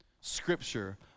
Scripture